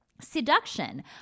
seduction